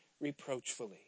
reproachfully